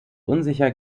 unsicher